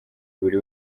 buri